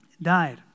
Died